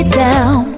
down